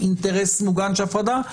אינטרס מוגן של הפרדה,